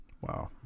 Wow